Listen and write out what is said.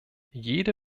jede